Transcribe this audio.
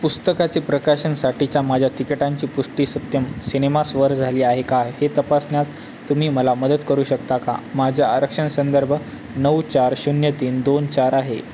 पुस्तकाचे प्रकाशनसाठीच्या माझ्या तिकटांची पुष्टी सत्यम सिनेमासवर झाली आहे काय हे तपासण्यास तुम्ही मला मदत करू शकता का माझ्या आरक्षण संदर्भ नऊ चार शून्य तीन दोन चार आहे